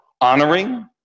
honoring